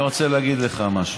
אני רוצה להגיד לך משהו.